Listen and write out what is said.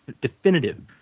definitive